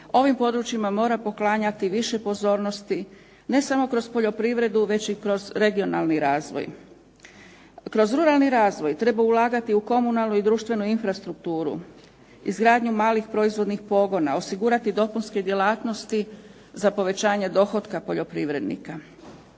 ovim područjima mora poklanjati više pozornosti ne samo kroz poljoprivredu već i kroz regionalni razvoj. Kroz ruralni razvoj treba ulagati u komunalnu i društvenu infrastrukturu, izgradnju malih proizvodnih pogona, osigurati dopunske djelatnosti za povećanje dohotka poljoprivrednika.